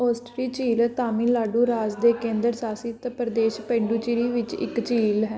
ਔਸਟੇਰੀ ਝੀਲ ਤਾਮਿਲਨਾਡੂ ਰਾਜ ਦੇ ਕੇਂਦਰ ਸ਼ਾਸਿਤ ਪ੍ਰਦੇਸ਼ ਪੁੱਡੂਚੇਰੀ ਵਿੱਚ ਇੱਕ ਝੀਲ ਹੈ